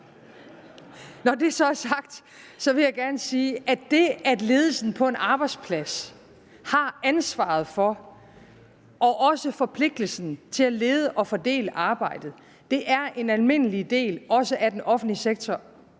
Når det så er sagt, vil jeg gerne sige, at det, at ledelsen på en arbejdsplads har ansvaret for og også forpligtelsen til at lede og fordele arbejdet, er en almindelig del også i den offentlige sektor